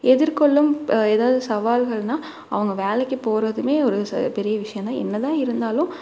எதிர்கொள்ளும் எதாவது சவால்கள்ன்னா அவங்க வேலைக்கு போகறதுமே ஒரு சே பெரிய விஷயம்தான் என்னதான் இருந்தாலும்